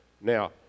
Now